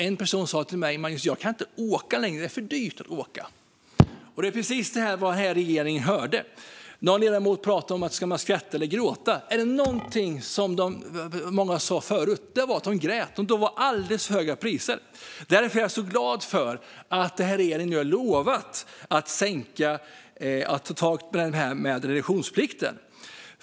En person sa till mig: Magnus, jag kan inte åka längre; det är för dyrt. Det var precis detta som den här regeringen hörde. Någon ledamot undrade om man skulle skratta eller gråta. Var det något som många sa förut så var det att de grät - det var alldeles för höga priser. Därför är jag så glad för att den här regeringen nu har lovat att ta tag i reduktionsplikten.